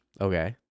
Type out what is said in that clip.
Okay